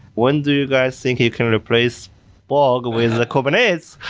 when do you guys think you can replace borg with kubernetes?